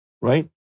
Right